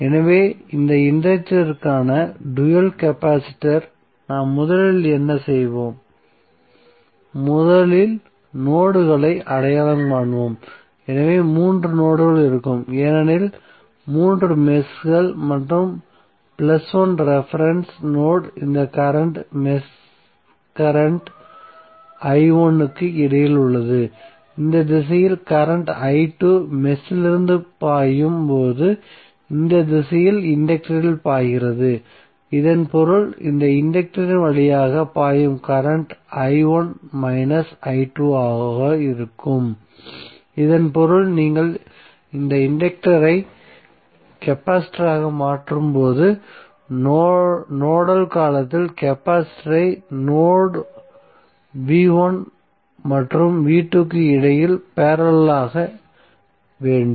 எனவே இந்த இன்டக்டருக்கான டூயல் கெபாசிட்டர் நாம் முதலில் என்ன செய்வோம் முதலில் நோட்களை அடையாளம் காண்போம் எனவே 3 நோட்கள் இருக்கும் ஏனெனில் 3 மெஷ்கள் மற்றும் பிளஸ் 1 ரெபரென்ஸ் நோட் இந்த கரண்ட் மெஷ் கரண்ட் i1 க்கு இடையில் உள்ளது இந்த திசையில் கரண்ட் i2 மேல் மெஷ்லிருந்து பாயும் போது இந்த திசையில் இன்டக்டரில் பாய்கிறது இதன் பொருள் இந்த இன்டக்டரின் வழியாக பாயும் கரண்ட் i1 மைனஸ் i2 ஆக இருக்கும் இதன் பொருள் நீங்கள் இந்த இன்டக்டரை கெபாசிட்டராக மாற்றும் போது நோடல் காலத்தில் கெபாசிட்டரை நோட் v1 மற்றும் v2 க்கு இடையில் பேரலல் ஆக வேண்டும்